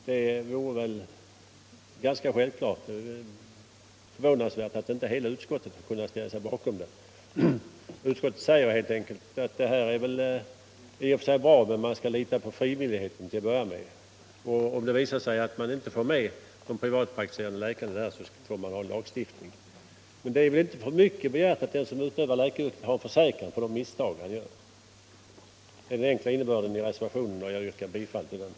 Detta borde vara ganska självklart. Det är förvånansvärt att inte hela utskottet kunnat ställa sig bakom detta förslag. Utskottet säger att detta är bra, men att man skall lita på frivilligheten till att börja med. Om det visar sig att man inte får med de privatpraktiserande, får man ta till lagstiftning. Jag tycker dock det inte är för mycket begärt av den som utövar läkaryrket att han skall ha en försäkring. Detta är den enkla innebörden i reservationen och jag ber att få yrka bifall till den.